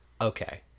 Okay